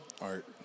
Art